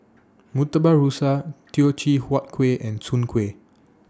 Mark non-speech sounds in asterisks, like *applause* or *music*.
Murtabak Rusa Teochew Huat Kuih and Soon Kuih *noise*